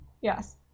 yes